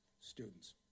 students